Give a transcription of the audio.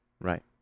Right